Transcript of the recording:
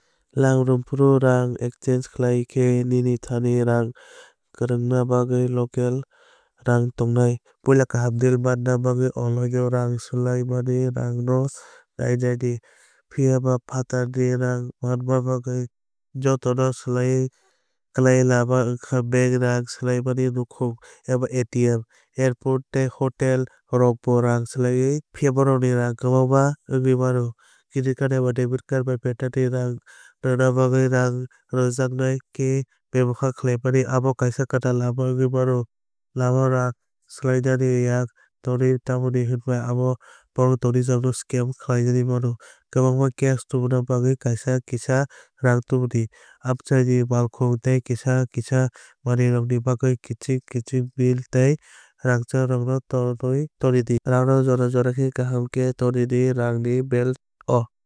Lam rwphuru rang exchange khlai khe nini thani rang kwrwngna bagwi local rang tongnai. Puila kaham deal manna bagwi online o rang swlaimani rang no naiwi naidi. Phiyaba phatarni rang manna bagwi jotoni slai kwlai lama wngkha bank rang swlaimani nokhong eba ATM. Airport tei hotel rokbo rang swlaiwi rwnai phiya bohrokni rang kwbang wngwi mano. Credit eba debit card bai phatarni rang rwna bagwi rang rwjakya khe bebohar khlaimani abo kaisa kwtal lama wngwi mano. Lamao rang swlainani yakni tonwui tamno hwnba bohrok touristrokno scam khlaiwi mano. Kwbangma cash tubuna bagwi kaisa kisa rang tubudi. Amchaini malkhung tei kisa kisa manwirokni bagwi kiching kiching bill tei rangchakrokno tonwi tongdi. Rang no jora jora khe kaham khe tonwi di rang ni belt o.